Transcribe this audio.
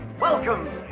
welcome